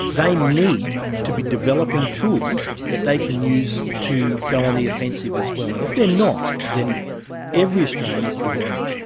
they need to be developing tools that they can use to go on the offensive as well. and if they're not, then every australian needs to be worried.